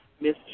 Miss